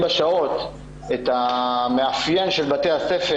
בשעות את המאפיין של בתי הספר